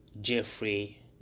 Jeffrey